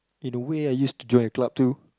in a way I used to join a club too